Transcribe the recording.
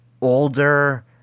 older